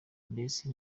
mbese